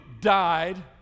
died